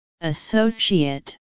associate